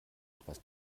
etwas